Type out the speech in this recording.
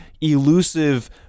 elusive